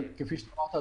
כפי שאמרת,